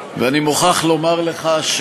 ואני מוכרח לומר לך,